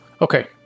Okay